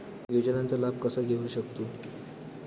योजनांचा लाभ कसा घेऊ शकतू?